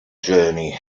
journey